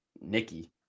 Nikki